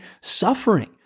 suffering